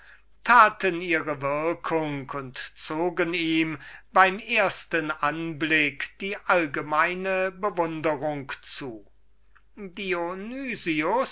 taten ihre würkung und zogen ihm beim ersten anblick die allgemeine bewunderung zu